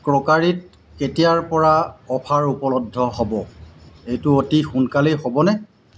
ক্ৰকাৰীত কেতিয়াৰ পৰা অফাৰ উপলব্ধ হ'ব এইটো অতি সোনকালেই হ'বনে